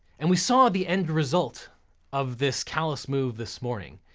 and we saw the end result of this callous move this morning,